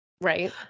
right